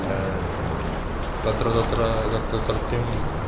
तत्र तत्र तत् तत्रत्यं